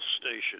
station